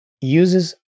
uses